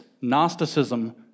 Gnosticism